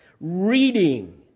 reading